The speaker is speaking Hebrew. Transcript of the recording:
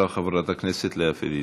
אחריו, חברת הכנסת לאה פדידה.